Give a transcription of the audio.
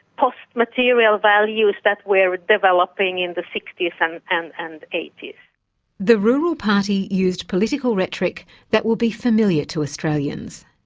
post-material values that were developing in the sixty s and and and eighty s. the rural party used political rhetoric that will be familiar to australians.